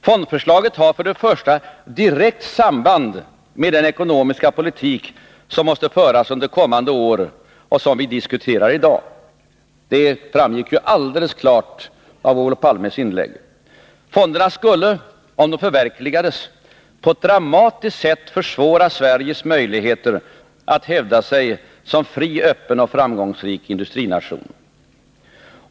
Fondförslaget har för det första direkt samband med den ekonomiska politik som måste föras under kommande år och som vi diskuterar i dag. Det framgick alldeles klart av Olof Palmes inlägg. Fonderna skulle, om de förverkligades, på ett dramatiskt sätt försvåra Sveriges möjligheter att hävda sig såsom fri, öppen och framgångsrik industrination.